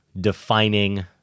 defining